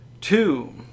Two